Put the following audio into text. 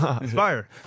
Inspire